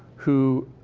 who.